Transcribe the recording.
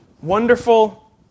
wonderful